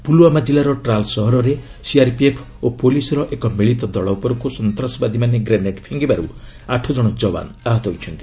ପୁଲ୍ୱାମା କିଲ୍ଲୁର ଟ୍ରାଲ୍ ସହରରେ ସିଆର୍ପିଏଫ୍ ଓ ପୁଲିସ୍ର ଏକ ମିଳିତ ଦଳ ଉପରକୁ ସନ୍ତାସବାଦୀମାନେ ଗ୍ରେନେଡ୍ ଫିଙ୍ଗିବାରୁ ଆଠକ୍ଷଣ ଯବାନ୍ ଆହତ ହୋଇଛନ୍ତି